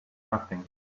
nothing